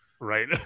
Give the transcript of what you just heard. Right